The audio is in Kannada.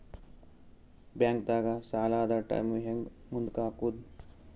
ಬ್ಯಾಂಕ್ದಾಗ ಸಾಲದ ಟೈಮ್ ಹೆಂಗ್ ಮುಂದಾಕದ್?